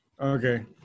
Okay